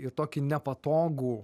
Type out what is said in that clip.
ir tokį nepatogų